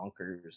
bonkers